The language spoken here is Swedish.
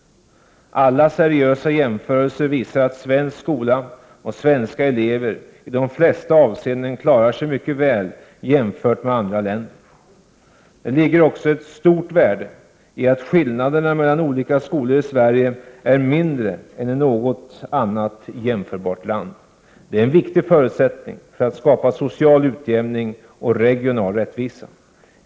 Alla seriösa jämförelser visar att svensk skola och svenska elever i de flesta avseenden klarar sig mycket väl i jämförelser med andra länder. Det ligger också ett stort värde i att skillnaderna mellan olika skolor i Sverige är mindre än i något annat jämförbart land. Det är en viktig förutsättning för att skapa social utjämning och regional rättvisa.